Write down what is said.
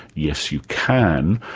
yes, you can,